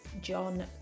John